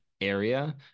area